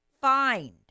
find